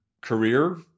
career